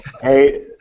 Hey